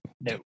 No